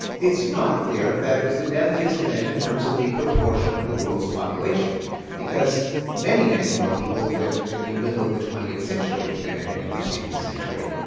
it's not clear that it was the deadliest event in terms of the proportion of the world's population because many, many more people lived in the middle of the twentieth century than in any proceeding century.